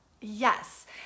Yes